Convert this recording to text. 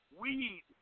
weed